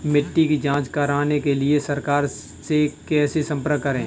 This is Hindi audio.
मिट्टी की जांच कराने के लिए सरकार से कैसे संपर्क करें?